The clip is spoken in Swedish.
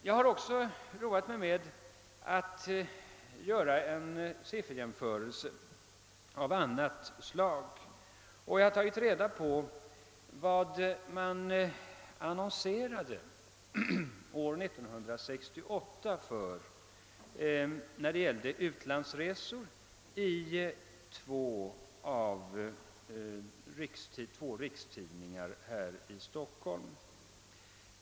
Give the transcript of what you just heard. Jag har också roat mig med att göra en sifferjämförelse av annat slag; jag har tagit reda på hur mycket man annonserade för när det gällde utlandsresor i två rikstidningar här i Stockholm under 1968.